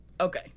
Okay